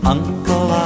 Uncle